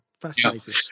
fascinating